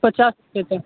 पचास रुपये का